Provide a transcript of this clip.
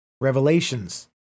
Revelations